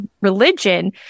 religion